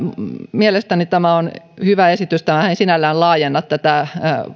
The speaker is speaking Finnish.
mielestäni tämä on hyvä esitys tämähän ei sinällään laajenna tätä